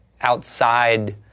outside